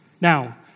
Now